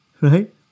Right